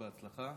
בהצלחה.